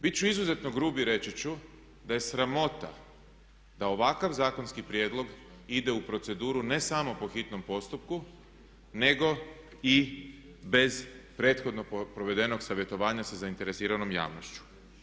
Bit ću izuzetno grub i reći ću da je sramota da ovakav zakonski prijedlog ide u proceduru ne samo po hitnom postupku nego i bez prethodnog provedenog savjetovanja sa zainteresiranom javnošću.